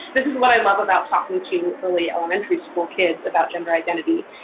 this is what i love about talking to early elementary school kids about gender identity,